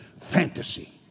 fantasy